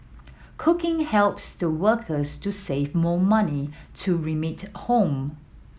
cooking helps the workers to save more money to remit home